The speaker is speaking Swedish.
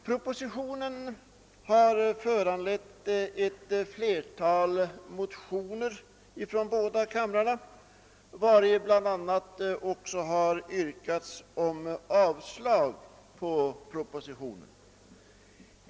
Propositionen har föranlett ett flertal motioner i båda kamrarna. I dessa har bl.a. yrkats avslag på propositionen.